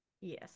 yes